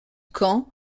camp